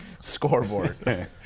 scoreboard